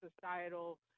societal